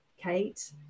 Kate